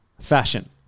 fashion